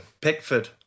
Pickford